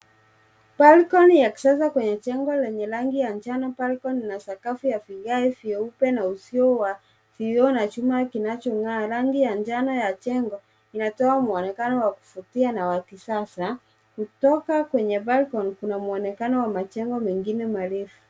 Balcony ya kisasa kwenye jengo lenye rangi ya njano. Balcony ina sakafu ya vigae vyeupe na uzio va vioo na chuma kinachong'aa. Rangi ya njano ya jengo inatoa mwonekano wa kuvutia na wa kisasa. Kutoka kwenye balcony kuna mwonekano wa majengo mengine marefu.